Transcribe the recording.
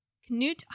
Knut